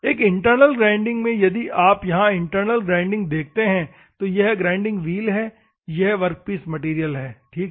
एक internal grinding में यदि आप यहां इंटरनल ग्राइंडिंग देखते हैं तो यह ग्राइंडिंग व्हील है और यह वर्कपीस मैटेरियल है ठीक है